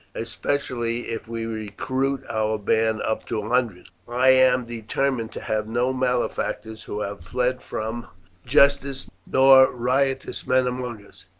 especially if we recruit our band up to a hundred. i am determined to have no malefactors who have fled from justice nor riotous men among us.